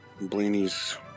Blaney's